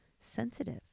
sensitive